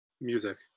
music